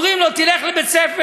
אומרים לו: תלך לבית-ספר,